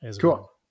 Cool